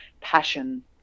passion